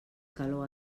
calor